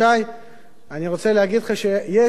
אני רוצה להגיד לך שיש מה לעשות,